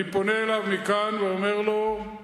אני פונה אליו מכאן ואומר לו: